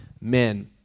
men